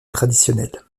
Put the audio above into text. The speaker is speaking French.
traditionnel